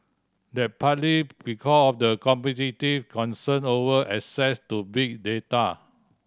that's partly because of competitive concern over access to big data